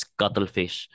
cuttlefish